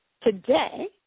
today